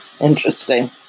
interesting